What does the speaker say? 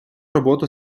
роботу